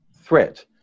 threat